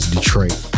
Detroit